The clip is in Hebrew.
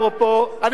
לכן, אפרופו, אתה צבוע.